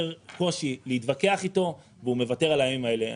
קושי להתווכח איתו והוא מוותר על הימים האלה.